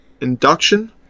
induction